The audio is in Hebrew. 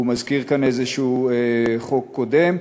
והוא מזכיר כאן איזה חוק קודם,